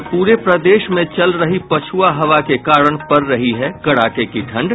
और पूरे प्रदेश में चल रही पछुआ हवा के कारण पड़ रही है कड़ाके की ठंड